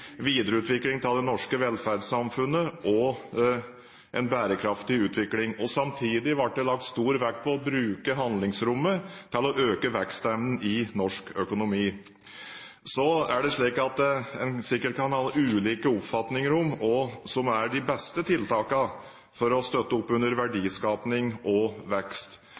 videreutvikling av det norske velferdssamfunnet og en bærekraftig utvikling. Samtidig ble det lagt stor vekt på å bruke handlingsrommet til å øke vekstevnen i norsk økonomi. Så kan en sikkert ha ulike oppfatninger om hva som er de beste tiltakene for å støtte opp under verdiskaping og vekst.